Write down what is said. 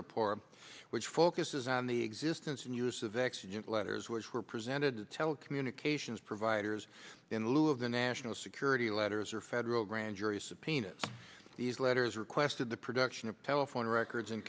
report which focuses on the existence and use of letters which were presented to telecommunications providers in lieu of the national security letters or federal grand jury subpoenas these letters requested the production of telephone records in